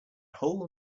whole